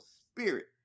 spirit